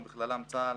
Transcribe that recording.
ובכללם צה"ל,